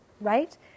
right